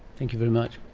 thank you very much.